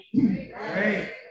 Great